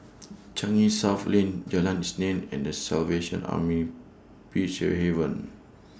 Changi South Lane Jalan Isnin and The Salvation Army pitch A Haven